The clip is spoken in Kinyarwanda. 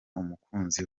umukunzi